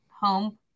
home